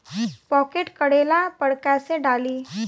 Pocket करेला पर कैसे डाली?